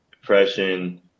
depression